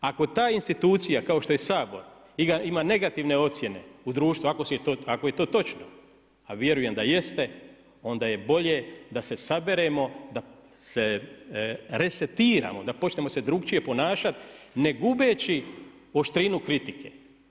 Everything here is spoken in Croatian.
Ako ta institucija kao što je Sabor ima negativne ocjene u društvu, ako je to točno a vjerujem da jeste, onda je bolje da se saberemo, da se resetiramo, da počnemo se drukčije ponašat ne gubeći oštrinu kritike.